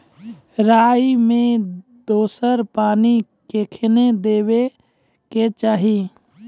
राई मे दोसर पानी कखेन देबा के चाहि?